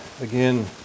again